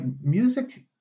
music